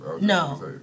No